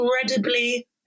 incredibly